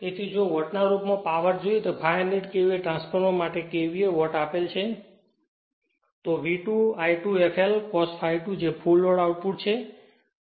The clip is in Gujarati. તેથી જો વોટ ના રૂપ માં પાવર જોઈએ તો 500 KVA ટ્રાન્સફોર્મર માટે KVA વોટ આપેલ છે તો V2 I2 fl cos ∅2 જે ફુલ લોડ આઉટપુટ છે